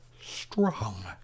strong